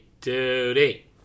Duty